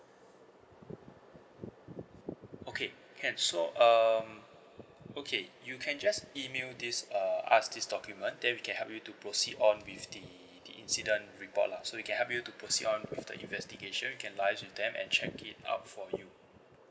okay can so um okay you can just email this uh us this document then we can help you to proceed on with the the incident report lah so we can help you to proceed on with the investigation we can liaise with them and check it out for you